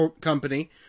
company